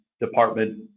department